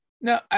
No